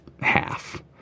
half